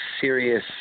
serious